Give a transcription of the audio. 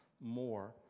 more